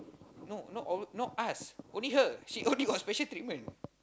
no not us only her she only got special treatment